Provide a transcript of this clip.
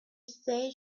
says